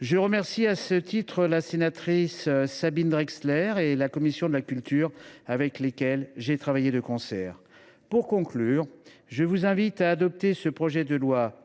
Je remercie à ce titre la sénatrice Sabine Drexler et la commission de la culture, avec lesquelles j’ai travaillé de concert. Pour conclure, mes chers collègues, je vous invite à adopter ce projet de loi